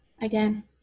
again